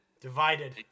divided